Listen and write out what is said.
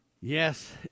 Yes